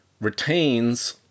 retains